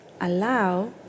allow